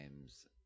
times